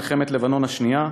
מלחמת לבנון השנייה,